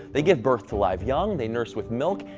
they give birth to live young, they nurse with milk,